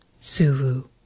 Suvu